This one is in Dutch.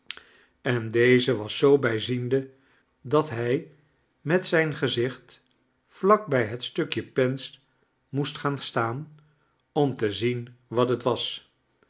en deze was zoo bijziende dat hij met zijn gezicht vlak bij het stukje pens moest gaan staan om te zien wat het was